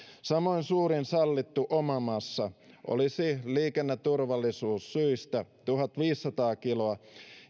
samoin suurin sallittu omamassa olisi liikenneturvallisuussyistä tuhatviisisataa kiloa